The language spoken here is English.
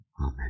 Amen